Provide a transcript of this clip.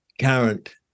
current